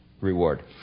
reward